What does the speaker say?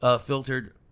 filtered